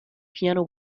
piano